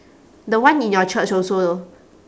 the one in your church also